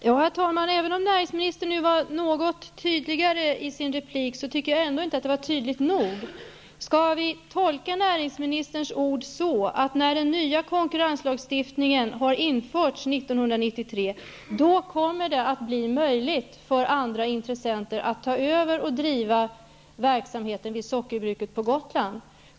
Herr talman! Även om näringsministern nu i sin senaste replik uttryckte sig något tydligare tycker jag inte att det var tydligt nog. Skall vi tolka näringsministerns ord så, att när den nya konkurrenslagstiftningen 1993 har införts kommer det att bli möjligt för andra intressenter att ta över och driva verksamheten vid Sockerbruket på Gotland?